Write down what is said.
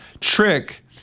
trick